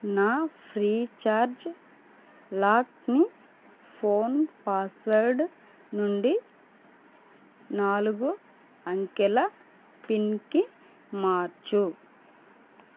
నా ఫ్రీచార్జ్ లాక్ని phone password నుండి నాలుగు అంకెల పిన్కి మార్చు